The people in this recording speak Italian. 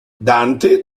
dante